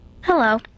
Hello